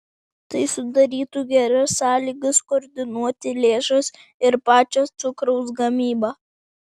tai sudarytų geras sąlygas koordinuoti lėšas ir pačią cukraus gamybą